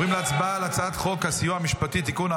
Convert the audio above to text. עוברים להצבעה על הצעת חוק הסיוע המשפטי (תיקון,